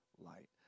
light